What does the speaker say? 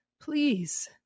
please